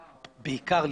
בעיקר,